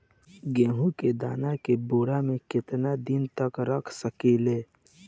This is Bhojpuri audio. गेहूं के दाना के बोरा में केतना दिन तक रख सकिले?